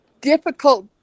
difficult